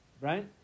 Right